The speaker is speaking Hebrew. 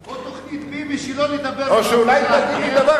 או תוכנית ביבי, שלא לדבר עם אף אחד.